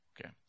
Okay